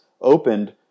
opened